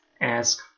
Ask